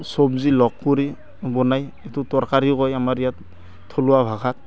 চব্জি লগ কৰি বনাই এইটো তৰকাৰীও কয় আমাৰ ইয়াত থলুৱা ভাষাত